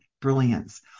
brilliance